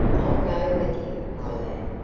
i'll go with you, my lad,